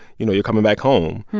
you know you're coming back home,